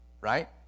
right